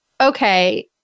okay